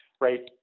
right